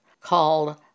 called